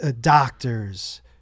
doctors